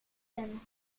den